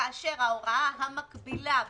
כאשר ההוראה המקבילה בחוק-יסוד: